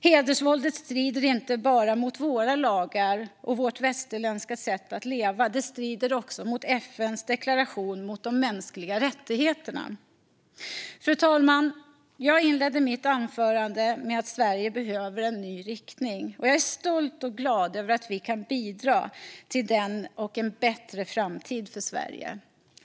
Hedersvåldet strider inte bara mot våra lagar och vårt västerländska sätt att leva, utan det strider också mot FN:s deklaration om de mänskliga rättigheterna. Fru talman! Jag inledde mitt anförande med att säga att Sverige behöver en ny riktning. Jag är stolt och glad över att vi kan bidra till den och till en bättre framtid för Sverige.